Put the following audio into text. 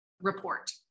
report